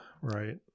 right